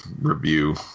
review